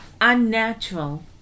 unnatural